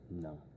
No